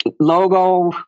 logo